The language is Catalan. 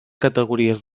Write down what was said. categories